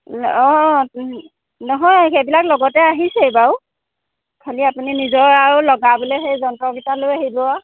নহয় সেইবিলাক লগতে আহিছেই বাৰু খালি আপুনি নিজৰ আৰু লগাব সেই যন্ত্ৰকেইটা লৈ আহিব